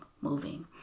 moving